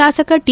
ಶಾಸಕ ಟಿ